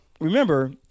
remember